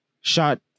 shot